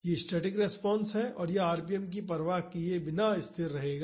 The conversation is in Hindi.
यह स्टैटिक रिस्पांस है और यह आरपीएम की परवाह किए बिना स्थिर रहेगा